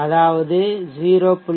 025 0